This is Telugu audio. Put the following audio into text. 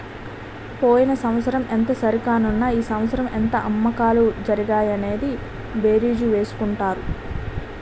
పోయిన సంవత్సరం ఎంత సరికన్నాము ఈ సంవత్సరం ఎంత అమ్మకాలు జరిగాయి అని బేరీజు వేసుకుంటారు